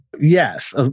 Yes